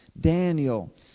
Daniel